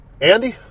Andy